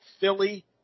Philly